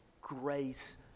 grace